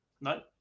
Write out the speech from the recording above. No